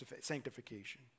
sanctification